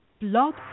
Blog